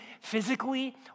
physically